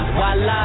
voila